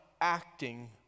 acting